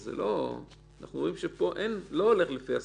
אנחנו רואים שפה לא הולכים לפי הסטנדרט,